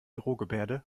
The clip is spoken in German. drohgebärde